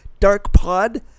darkpod